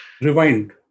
Rewind